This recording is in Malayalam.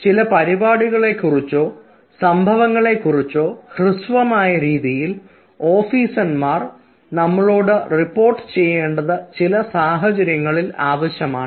ചില പരിപാടികളെക്കുറിച്ച് സംഭവങ്ങളെ കുറിച്ചോ ഹൃസ്വമായ രീതിയിൽ ഓഫീസർമാർ നമ്മളോട് റിപ്പോർട്ട് ചെയ്യേണ്ടത് ചില സാഹചര്യങ്ങളിൽ ആവശ്യമാണ്